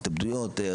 התאבדויות,